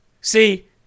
See